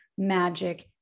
magic